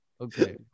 Okay